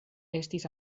estis